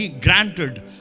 granted